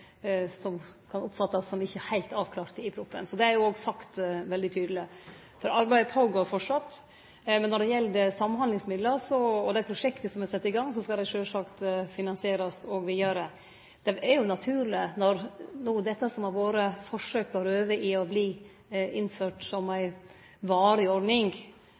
som kan oppfattast som ikkje heilt avklarte i proposisjonen. Det er sagt veldig tydeleg, for arbeidet går føre seg framleis. Når det gjeld samhandlingsmidlar og dei prosjekta som er sette i gang, skal dei sjølvsagt finansierast vidare. Det er jo naturleg når det har vore forsøkt over år å få dette innført som ei varig ordning.